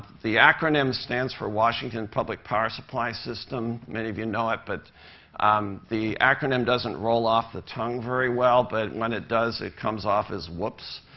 the acronym stands for washington public power supply system. many of you know it. but um the acronym doesn't roll off the tongue very well, but when it does, it comes off as whoops.